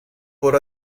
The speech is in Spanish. por